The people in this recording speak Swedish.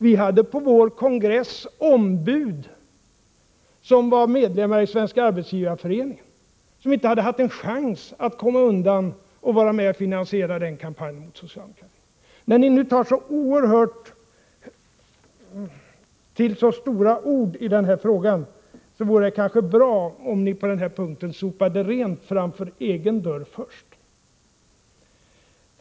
Vi hade på vår kongress ombud som var medlemmar i Svenska arbetsgivareföreningen och som inte hade haft en chans att komma undan när det gällde att vara med och finansiera den kampanjen mot socialdemokratin. När ni nu tar till så stora ord i den här frågan, så vore det kanske bra om ni på den här punkten sopade rent framför egen dörr först.